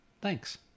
thanks